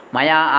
Maya